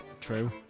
True